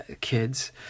kids